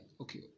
okay